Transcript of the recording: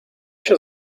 się